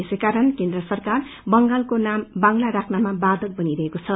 यसैकारण केन्द्र सरकार बंगालको नाम बांग्ला राख्नमा बाथक बनिरहेको छ